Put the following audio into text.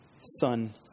son